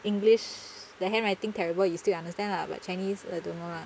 english the handwriting terrible you still understand lah but chinese I don't know lah